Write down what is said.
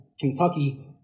Kentucky